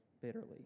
bitterly